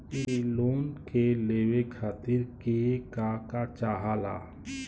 इ लोन के लेवे खातीर के का का चाहा ला?